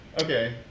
Okay